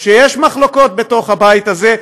שיש מחלוקות בתוך הבית הזה,